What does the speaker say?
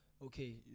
Okay